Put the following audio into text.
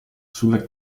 sulla